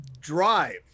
drive